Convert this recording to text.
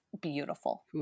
beautiful